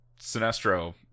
Sinestro